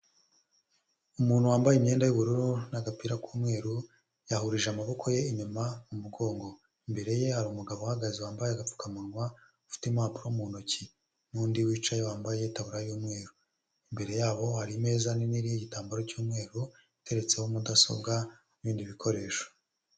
Umuntu wambaye imyenda y'ubururu n'agapira k'umweru, yahurije amaboko ye inyuma mu mugongo, imbere ye hari umugabo uhagaze wambaye agapfukamunwa, ufite impapuro mu ntoki, n'undi wicaye wambaye itaburiya y'umweru, imbere yabo hari imeza nini iriho igitambaro cy'umweru iteretseho mudasobwa n'ibindi bikoresho.